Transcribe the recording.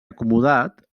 acomodat